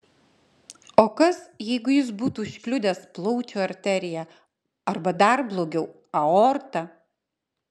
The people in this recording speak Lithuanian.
o kas jeigu jis būtų užkliudęs plaučių arteriją arba dar blogiau aortą